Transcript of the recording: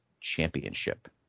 Championship